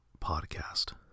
podcast